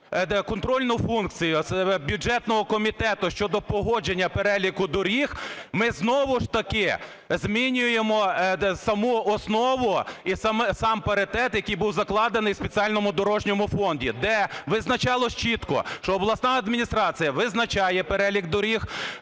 контрольну функцію з бюджетного комітету щодо погодження переліку доріг, ми знову ж таки змінюємо саму основу і сам паритет, який був закладений в спеціальному дорожньому фонді, де визначалось чітко, що обласна адміністрація визначає перелік доріг.